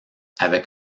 avec